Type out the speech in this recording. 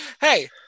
Hey